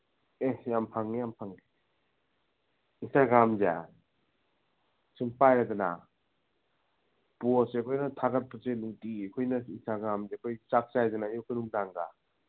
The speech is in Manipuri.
ꯑꯦ ꯌꯥꯝꯐꯪꯉꯤ ꯌꯥꯝ ꯐꯪꯉꯤ ꯏꯟꯇꯒ꯭ꯔꯥꯝꯁꯦ ꯁꯨꯝ ꯄꯥꯏꯔꯦꯗꯅ ꯄꯣꯁꯁꯦ ꯑꯩꯈꯣꯏꯅ ꯊꯥꯒꯠꯄꯁꯦ ꯅꯨꯡꯇꯤꯒꯤ ꯑꯩꯈꯣꯏꯅ ꯏꯟꯁꯇꯒ꯭ꯔꯥꯝꯁꯦ ꯆꯥꯛ ꯆꯥꯏꯗꯅ ꯑꯌꯨꯛꯀ ꯅꯨꯡꯗꯥꯡꯒ